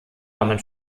nahmen